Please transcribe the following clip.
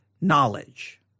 knowledge